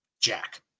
jack